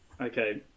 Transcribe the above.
Okay